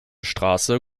straße